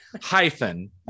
hyphen